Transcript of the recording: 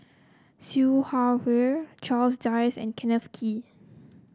Siew Her Charles Dyce and Kenneth Kee